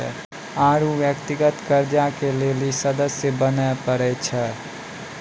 आरु व्यक्तिगत कर्जा के लेली सदस्य बने परै छै